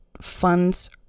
funds